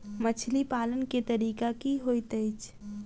मछली पालन केँ तरीका की होइत अछि?